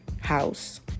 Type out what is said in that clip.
house